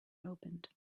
opened